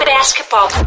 basketball